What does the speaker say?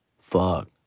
fuck